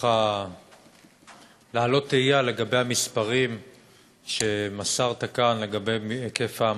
ככה להעלות תהייה לגבי המספרים שמסרת כאן על היקף ההמתות.